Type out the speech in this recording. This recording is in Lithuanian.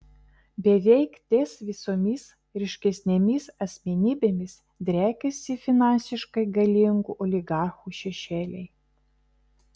beveik ties visomis ryškesnėmis asmenybėmis driekiasi finansiškai galingų oligarchų šešėliai